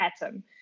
atom